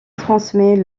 transmet